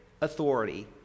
authority